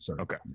Okay